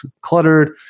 cluttered